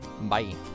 bye